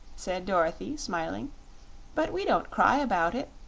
said dorothy, smiling but we don't cry about it.